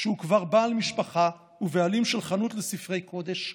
כשהוא כבר בעל משפחה ובעלים של חנות לספרי קודש,